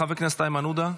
חבר הכנסת איימן עודה,